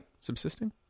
subsisting